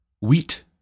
wheat